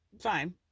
fine